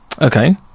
Okay